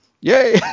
Yay